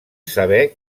saber